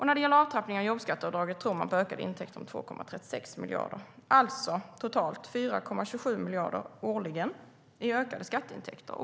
När det gäller avtrappningen av jobbskatteavdraget tror man på ökade intäkter med 2,36 miljarder. Det är alltså totalt 4,27 miljarder årligen i ökade skatteintäkter.